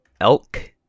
Elk